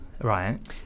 Right